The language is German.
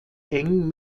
eng